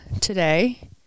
today